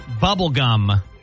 Bubblegum